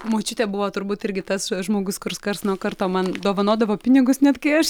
močiutė buvo turbūt irgi tas žmogus kurs karts nuo karto man dovanodavo pinigus net kai aš